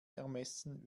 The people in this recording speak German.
ermessen